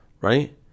right